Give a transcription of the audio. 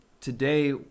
Today